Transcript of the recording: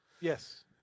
Yes